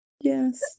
Yes